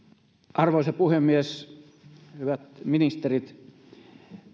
arvoisa puhemies hyvät ministerit